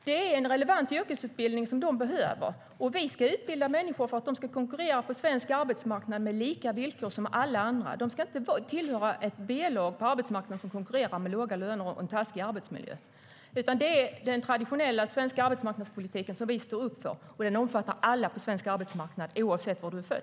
Det är en relevant yrkesutbildning som de behöver. Vi ska utbilda människor för att de ska konkurrera på svensk arbetsmarknad med lika villkor som alla andra. De ska inte tillhöra ett B-lag på arbetsmarknaden som konkurrerar med låga löner och taskig arbetsmiljö. Det är den traditionella svenska arbetsmarknadspolitiken som vi står upp för. Den omfattar alla på svensk arbetsmarknad oavsett var du är född.